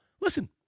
Listen